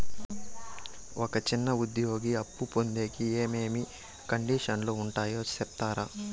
ఒక చిన్న ఉద్యోగి అప్పు పొందేకి ఏమేమి కండిషన్లు ఉంటాయో సెప్తారా?